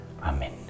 Amen